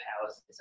powers